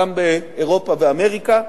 גם באירופה ואמריקה.